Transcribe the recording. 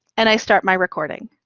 and i start my recording.